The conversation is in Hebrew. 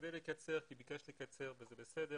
ביקשת לקצר,